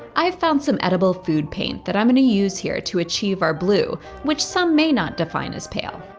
i found some edible food paint that i'm going to use here to achieve our blue, which some may not define as pale.